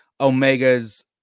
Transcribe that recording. omega's